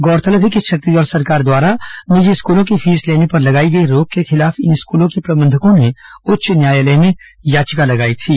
गौरतलब है कि छत्तीसगढ़ सरकार द्वारा निजी स्कूलों के फीस लेने पर लगाई गई रोक के खिलाफ इन स्कूलों के प्रबंधकों ने उच्च न्यायालय में याचिका लगाई थी